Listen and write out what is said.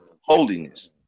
holiness